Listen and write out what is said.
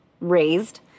raised